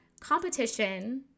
competition